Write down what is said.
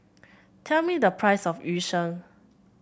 tell me the price of Yu Sheng